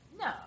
No